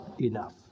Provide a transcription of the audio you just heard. enough